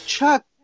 Chuck